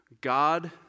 God